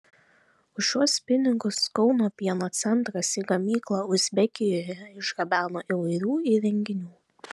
už šiuos pinigus kauno pieno centras į gamyklą uzbekijoje išgabeno įvairių įrenginių